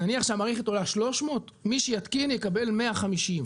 נניח שהמערכת עולה 300 מי שיתקין יקבל 150,